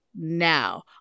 now